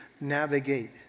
navigate